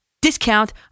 discount